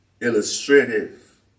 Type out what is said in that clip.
illustrative